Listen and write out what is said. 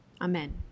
Amen